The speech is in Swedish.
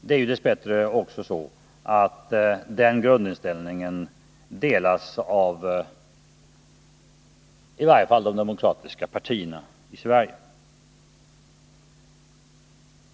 Det är ju dess bättre också så att denna grundinställning delas av i varje fall de demokratiska partierna i Sverige.